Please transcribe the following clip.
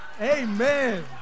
Amen